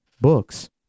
books